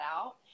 out